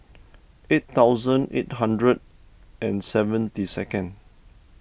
eight thousand eight hundred and seventy second